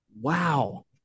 Wow